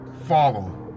follow